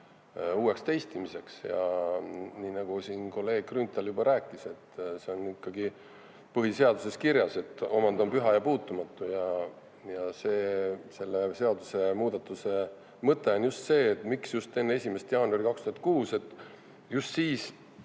uueks teistmiseks. Nagu kolleeg Grünthal juba rääkis, on see ikkagi põhiseaduses kirjas, et omand on püha ja puutumatu. Selle seadusemuudatuse mõte on just see. Miks just enne 1. jaanuari 2006? Just siis